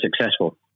successful